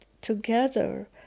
together